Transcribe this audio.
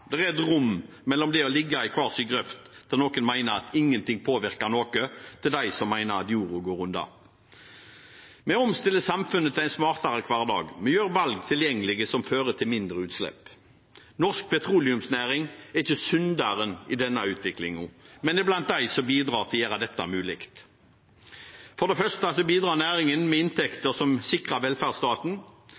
et rom mellom det å ligge i hver sin grøft, der noen mener at ingenting påvirker noe og andre mener at jorda går under. Vi må omstille samfunnet til en smartere hverdag ved å gjøre tilgjengelig valg som fører til mindre utslipp. Norsk petroleumsnæring er ikke synderen i denne utviklingen, men er blant dem som bidrar til å gjøre dette mulig. For det første bidrar næringen med inntekter som sikrer velferdsstaten.